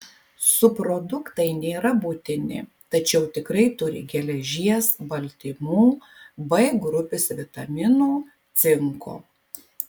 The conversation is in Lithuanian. subproduktai nėra būtini tačiau tikrai turi geležies baltymų b grupės vitaminų cinko